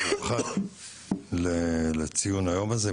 מיוחד לציון היום הזה,